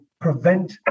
prevent